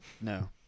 no